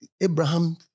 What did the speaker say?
Abraham